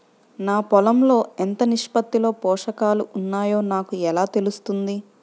నా పొలం లో ఎంత నిష్పత్తిలో పోషకాలు వున్నాయో నాకు ఎలా తెలుస్తుంది?